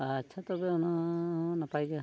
ᱟᱪᱪᱷᱟ ᱛᱚᱵᱮ ᱚᱱᱟᱻ ᱱᱟᱯᱟᱭ ᱜᱮᱭᱟ ᱦᱟᱸᱜ